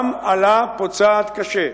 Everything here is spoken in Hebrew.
גם אלה פוצעת קשה,